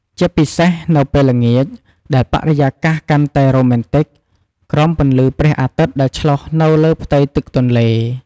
ជាពិសេសនៅពេលល្ងាច ដែលបរិយាកាសកាន់តែរ៉ូមែនទិកក្រោមពន្លឺព្រះអាទិត្យដែលឆ្លុះនៅលើផ្ទៃទឹកទន្លេ។